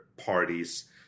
Parties